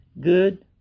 good